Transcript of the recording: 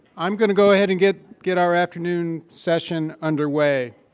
i'm going to go ahead and get get our afternoon session underway.